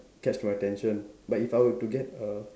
catch my attention but if I were to get a